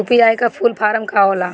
UPI का full form का होला?